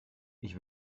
ich